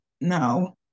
no